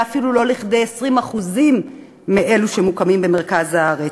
אפילו לכדי 20% מאלו שמוקמים במרכז הארץ.